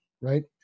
right